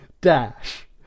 Dash